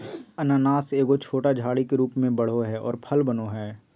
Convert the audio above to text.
अनानास एगो छोटा झाड़ी के रूप में बढ़ो हइ और फल बनो हइ